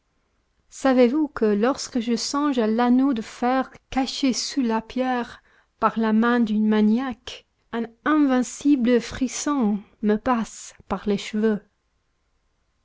savez-vous que lorsque je songe à l'anneau de fer caché sous la pierre par la main d'un maniaque un invincible frisson me passe par les cheveux